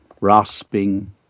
rasping